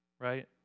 right